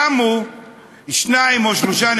קמו שניים או שלושה,